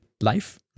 life